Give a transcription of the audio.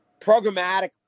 Programmatic